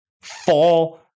fall